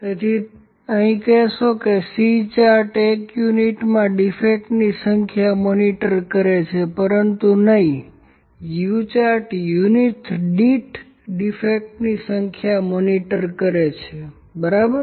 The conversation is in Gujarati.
તેથી અહીં કહેશો કે C ચાર્ટ એક યુનિટમાં ડીફેક્ટની સંખ્યા મોનિટર કરે છે પરંતુ નહિં U ચાર્ટ યુનિટ દીઠ ડીફેક્ટની સંખ્યા મોનીટર કરે છે બરાબર